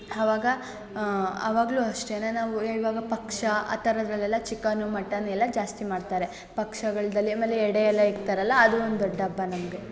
ಅವಾಗ ಅವಾಗ್ಲೂ ಅಷ್ಟೆ ನಾವು ಎ ಇವಾಗ ಪಕ್ಷ ಆ ಥರದ್ದಲ್ಲೆಲ್ಲ ಚಿಕನು ಮಟನು ಎಲ್ಲ ಜಾಸ್ತಿ ಮಾಡ್ತಾರೆ ಪಕ್ಷಗಳಲ್ಲಿ ಆಮೇಲೆ ಎಡೆ ಎಲ್ಲ ಇಕ್ತಾರಲ್ವ ಅದೂ ಒಂದು ದೊಡ್ಡ ಹಬ್ಬ ನಮಗೆ